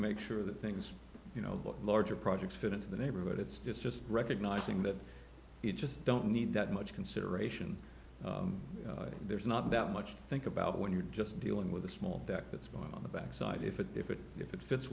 make sure the things you know larger projects fit into the neighborhood it's just just recognizing that you just don't need that much consideration there's not that much to think about when you're just dealing with a small deck that's been on the back side if it if it if it fits